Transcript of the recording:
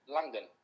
London